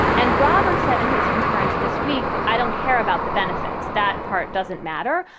and roberts said in his concurrence this week, i don't care about the benefits. that part doesn't matter.